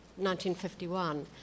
1951